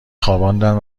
خواباندند